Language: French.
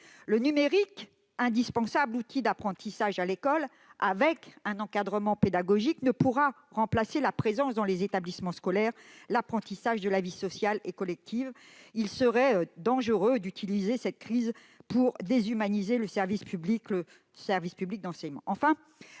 Le numérique, indispensable outil d'apprentissage à l'école lorsqu'il s'appuie sur un véritable encadrement pédagogique, ne pourra remplacer ni la présence dans les établissements scolaires ni l'apprentissage de la vie sociale et collective. Il serait dangereux d'utiliser cette crise pour déshumaniser le service public de l'enseignement.